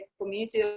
community